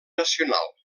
nacional